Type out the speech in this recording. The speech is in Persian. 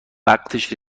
وقتش